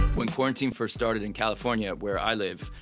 when quarantine first started in california where i live,